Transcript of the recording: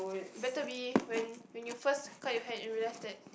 better be when when you first cut your hair and you realise that